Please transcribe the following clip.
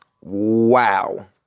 Wow